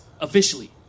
Officially